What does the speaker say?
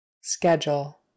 schedule